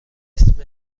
اسم